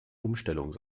umstellung